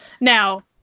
Now